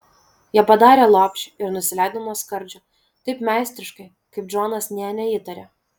jie padarė lopšį ir nusileido nuo skardžio taip meistriškai kaip džonas nė neįtarė